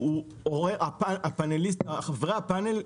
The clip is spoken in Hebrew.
חברי הפאנל,